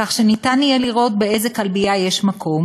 כך שניתן יהיה לראות באיזה כלבייה יש מקום.